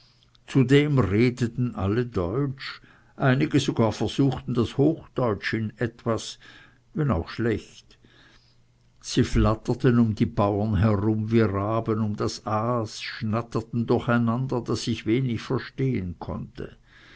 zudem redeten alle deutsch einige sogar versuchten das hochdeutsch in etwas wenn auch schlecht sie flatterten um die bauern herum wie raben um das aas schnatterten durcheinander daß ich wenig verstehen konnte